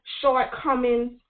shortcomings